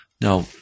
Now